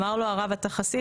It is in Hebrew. אמר לו הרב: אתה חסיד?